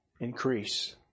increase